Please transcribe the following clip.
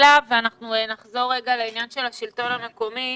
נחזור לעניין של השלטון המקומי.